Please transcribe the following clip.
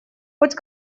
хоть